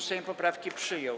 Sejm poprawki przyjął.